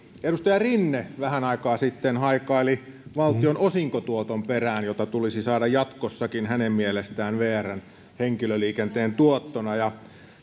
edustaja rinne vähän aikaa sitten haikaili valtion osinkotuoton perään jota tulisi saada jatkossakin hänen mielestään vrn henkilöliikenteen tuottona ja